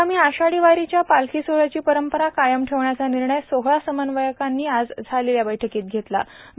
आगामी आषाढी वारीच्या पालखी सोहळ्याची परंपरा कायम ठेवण्याचा निर्णय सोहळा समन्वयकांनी आज झालेल्या बैठकीत घेतला आहे